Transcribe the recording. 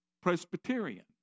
Presbyterian